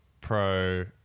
pro